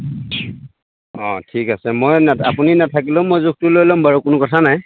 অঁ ঠিক আছে মই আপুনি নাথাকিলেও মই জোখটো লৈ ল'ম বাৰু কোনো কথা নাই